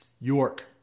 York